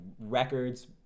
records